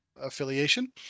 affiliation